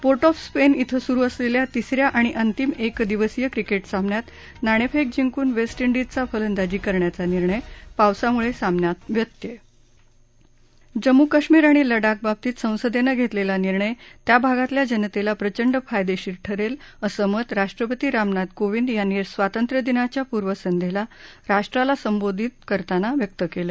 port of Spain इथं सुरु असलेल्या तिस या आणि अंतिम एकदिवसीय क्रिकेट सामन्यात नाणेफेक जिंकून वेस्ट इंडिजचा फलदांजी करण्याचा निर्णय पावसामुळे सामन्यात व्यत्यय जम्मू काश्मिर आणि लडाख बाबतीत संसदेनं घेतलेला निर्णय त्या भागातल्या जनतेला प्रचंड फायदेशीर ठरेल असं मत राष्ट्रपती रामनाथ कोविंद यांनी स्वातंत्र्य दिनाच्या पुर्वसंध्येला राष्ट्राला संबोधताना व्यक्त केलं